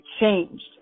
changed